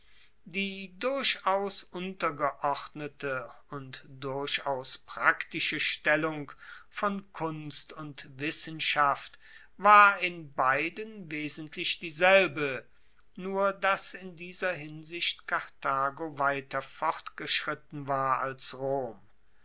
die durchaus untergeordnete und durchaus praktische stellung von kunst und wissenschaft war in beiden wesentlich dieselbe nur dass in dieser hinsicht karthago weiter vorgeschritten war als rom